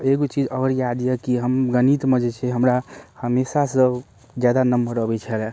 एगो चीज आओर याद यऽ कि हम गणितमे जे छै हमरा हमेशा सँ जादा नम्बर अबै छलै